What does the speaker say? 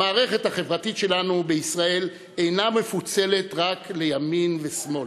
המערכת החברתית שלנו בישראל אינה מפוצלת רק לימין ולשמאל,